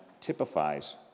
typifies